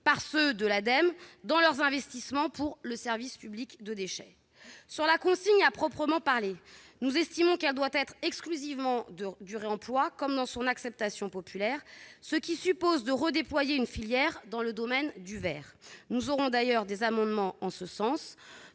l'énergie, l'Ademe, dans leurs investissements pour le service public de déchets. Sur la consigne à proprement parler, nous estimons qu'elle doit être exclusivement pour réemploi comme dans son acception populaire, ce qui suppose de redéployer une filière dans le domaine du verre. Nous défendrons des amendements en ce sens.